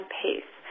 pace